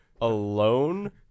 alone